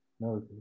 No